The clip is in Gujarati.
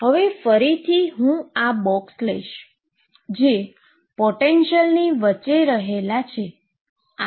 તો હવે ફરીથી હું આ બોક્સ લઇશ જે પોટેન્શીઅલની વચ્ચે રહેલા છે